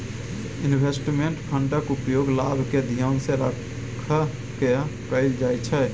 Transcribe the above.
investment फंडक उपयोग लाभ केँ धियान मे राइख कय कअल जाइ छै